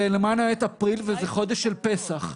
זה למען האמת אפריל, וזה חודש של פסח.